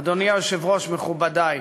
אדוני היושב-ראש, מכובדי,